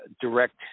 direct